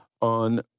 on